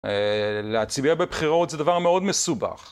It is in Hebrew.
להצביע בבחירות זה דבר מאוד מסובך.